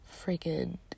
freaking